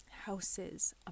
houses